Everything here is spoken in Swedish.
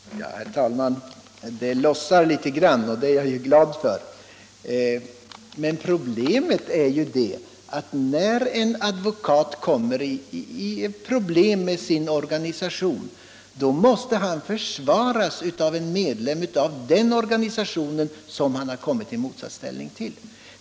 Herr talman! Det lossnar litet grand, och det är jag glad för. Problemet är ju att när en advokat kommer i konflikt med sin organisation så måste han försvaras av en medlem av den organisation som han råkat i motsatsställning till.